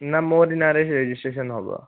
ନା ମୋରି ନାଁରେ ରେଜିଷ୍ଟ୍ରେସନ୍ ହେବ